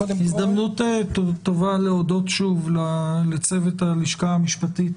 זאת הזדמנות טובה להודות שוב לצוות הלשכה המשפטית